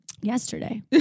Yesterday